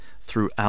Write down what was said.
throughout